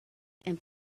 and